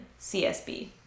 CSB